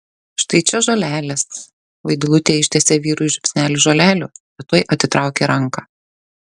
štai čia žolelės vaidilutė ištiesė vyrui žiupsnelį žolelių bet tuoj atitraukė ranką